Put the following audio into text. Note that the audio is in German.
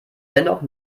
dennoch